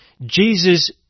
Jesus